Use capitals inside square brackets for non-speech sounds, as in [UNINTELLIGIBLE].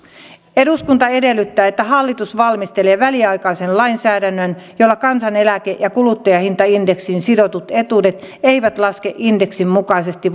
eduskunta edellyttää että hallitus valmistelee väliaikaisen lainsäädännön jolla kansaneläke ja kuluttajahintaindeksiin sidotut etuudet eivät laske indeksin mukaisesti [UNINTELLIGIBLE]